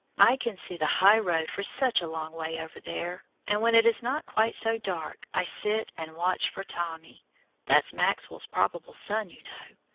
i can see the high-road for such a long way over there, and when it is not quite so dark i sit and watch for tommy that's maxwell's probable son, you know.